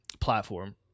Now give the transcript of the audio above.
platform